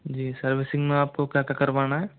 जी servicing में आपको क्या क्या करवाना है